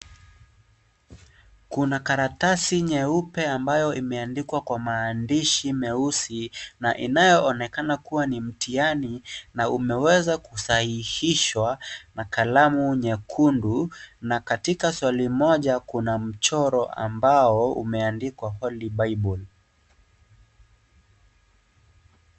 Kuna karatasi nyeupe ambayo imeandikwa kwa maandishi meusi na inayoonekana kuwa ni mtihani na umeweza kusahihishwa na kalamu nyekundu, na katika swali moja kuna mchoro ambao umeandikwa Holy Bible .